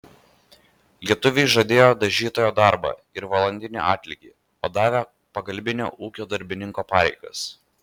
lietuviui žadėjo dažytojo darbą ir valandinį atlygį o davė pagalbinio ūkio darbininko pareigas